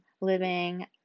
living